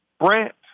Brent